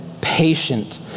patient